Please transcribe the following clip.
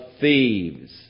thieves